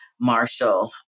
Marshall